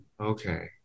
Okay